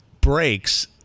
breaks